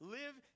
live